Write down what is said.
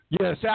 Yes